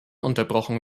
unterbrochen